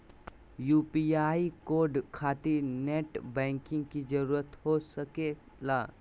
UPI code खातिर net banking की जरूरत हो सके ला?